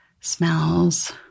smells